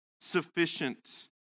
sufficient